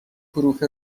حروف